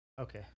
Okay